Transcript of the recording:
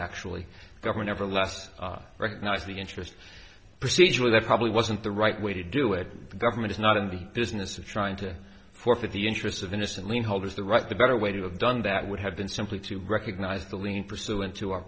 actually government everlast recognize the interest procedurally that probably wasn't the right way to do it the government is not in the business of trying to forfeit the interests of innocently holders the right the better way to have done that would have been simply to recognize the lien pursuant to our